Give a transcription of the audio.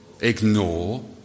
ignore